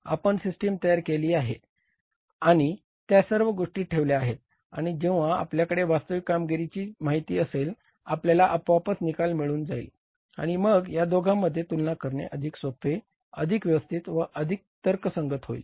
आपण सिस्टम तयार केली आहे आणि त्या सर्व गोष्टी ठेवल्या आहेत आणि जेंव्हा आपल्याकडे वास्तविक कामगिरीची माहिती असेल आपल्याला आपोआपच निकाल मिळून जाईल आणि मग या दोघांमध्ये तुलना करणे अधिक सोपे अधिक व्यवस्थित व अधिक तर्कसंगत होईल